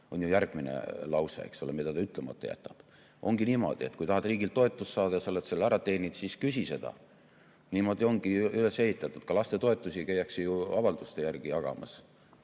on järgmine lause, mille ta ütlemata jätab. Ongi niimoodi, et kui tahad riigilt toetust saada ja sa oled selle ära teeninud, siis küsi seda. Niimoodi ongi see üles ehitatud. Ka lastetoetust käiakse ju avalduste järgi jagamas